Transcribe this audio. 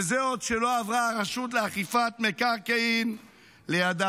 וזה עוד כשלא עברה הרשות לאכיפת מקרקעין לידיו.